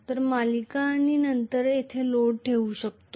तर मी सिरीज आणि नंतर येथे लोड ठेवू शकतो